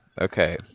okay